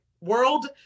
world